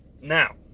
Now